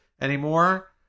anymore